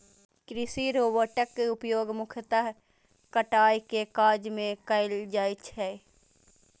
कृषि रोबोटक उपयोग मुख्यतः कटाइ के काज मे कैल जाइ छै